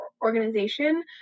organization